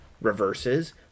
Reverses